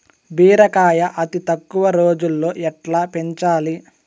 బీరకాయ అతి తక్కువ రోజుల్లో ఎట్లా పెంచాలి?